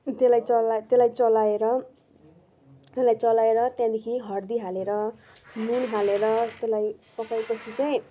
त्यसलाई चलाए त्यसलाई चलाएर त्यसलाई चलाएर त्यहाँदेखि हर्दी हालेर नुन हालेर त्यसलाई पकाए पछि चाहिँ